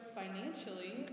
financially